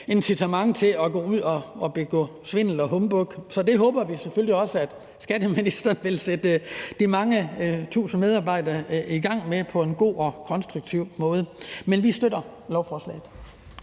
incitament til at gå ud og begå svindel og humbug. Så det håber vi selvfølgelig også at skatteministeren vil sætte de mange tusind medarbejdere i gang med på en god og konstruktiv måde. Men vi støtter lovforslaget.